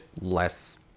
less